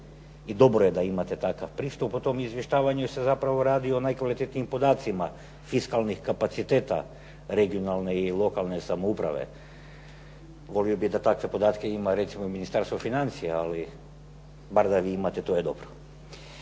i dobro je da imate takav pristup po tom izvještavanju jer se zapravo radi o najkvalitetnijim podacima fiskalni kapaciteta regionalne i lokalne samouprave. Volio bih da takve podatke ima recimo i Ministarstvo financija, ali bar da vi imate, to je dobro.